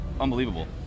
unbelievable